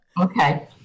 okay